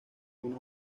una